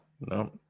No